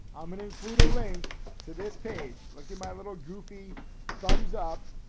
i'm gonna include a link to this page, look at my little goofy thumbs up.